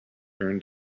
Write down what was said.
earned